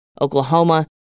Oklahoma